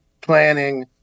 planning